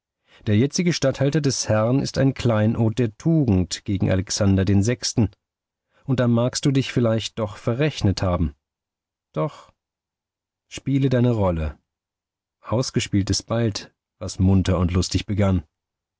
der jetzige statthalter des herrn ist ein kleinod der tugend gegen alexander den sechsten und da magst du dich vielleicht doch verrechnet haben doch spiele deine rolle ausgespielt ist bald was munter und lustig begann